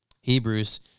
hebrews